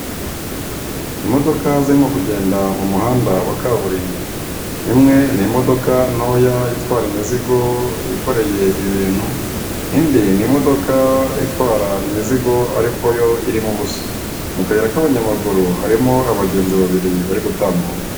Imodoka zirimo kugenda mu muhanda wa kaburimbo, imwe ni imodoka ntoya itwara imizigo yikoreye ibintu, indi ni imodoka itwara imizigo ariko yo irimo ubusa. Mu kayira k'abanyamaguru harimo abagenzi babiri bari gutambuka.